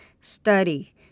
Study